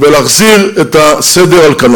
תחזור בך.